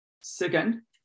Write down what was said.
Second